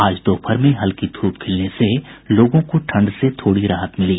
आज दोपहर में हल्की धूप खिलने से लोगों को ठंड से थोड़ी राहत मिली